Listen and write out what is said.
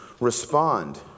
respond